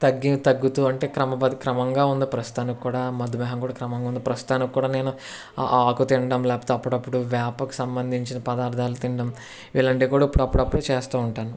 తగ్గి తగ్గుతు అంటే క్రమబద్ధ క్రమంగా ఉంది ప్రస్తుతానికి కూడా మధుదేహం కూడా క్రమంగా ఉంది ప్రస్తుతానికి కూడా నేను ఆ ఆకు తినడం లేకపోతే అప్పుడప్పుడు వేపకు సంబంధించిన పదార్థాలు తినడం ఇలాంటివి కూడా అప్పుడప్పుడు చేస్తు ఉంటాను